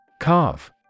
Carve